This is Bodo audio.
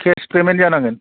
केस पेमेन्ट जानांगोन